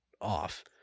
off